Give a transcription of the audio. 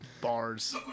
Bars